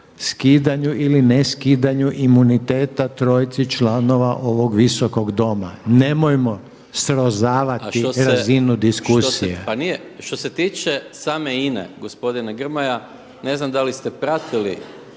skidanju ili ne skidanju imuniteta trojici članova ovog visokog doma. Nemojmo srozavati razinu diskusije. **Maras, Gordan (SDP)** A što se tiče same INA-e gospodine Grmoja ne znam da li ste pratili,